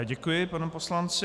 Děkuji panu poslanci.